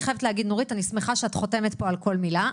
אני שמחה שאת חותמת פה על כל מילה,